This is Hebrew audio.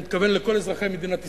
מתכוון לכל אזרחי מדינת ישראל,